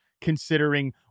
considering